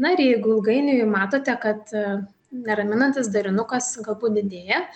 na ir jeigu ilgainiui matote kad neraminantis derinukas galbūt didėja